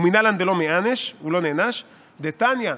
ומנלן דלא מיענש" הוא לא נענש, דתניא: